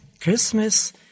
Christmas